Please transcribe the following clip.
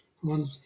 one